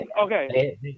Okay